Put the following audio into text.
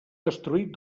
destruït